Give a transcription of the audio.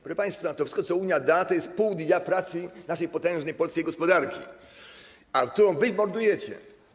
Proszę państwa, to wszystko, co Unia da, to jest pół dnia pracy naszej potężnej polskiej gospodarki, którą mordujecie.